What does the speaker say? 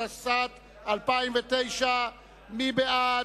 התשס”ט 2009. מי בעד?